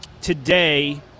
today –